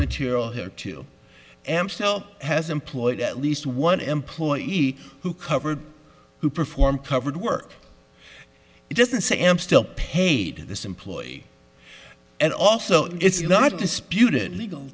material here to am so has employed at least one employee who covered who perform covered work it doesn't say i am still paid to this employee and also it's not disputed legal